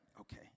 Okay